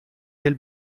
del